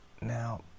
Now